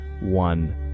one